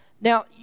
Now